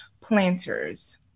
planters